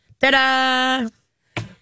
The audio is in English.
Ta-da